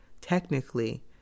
technically